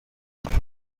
kugeza